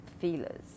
feelers